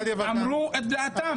זה, אמרו את דעתם.